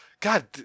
God